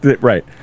Right